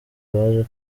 baje